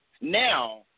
now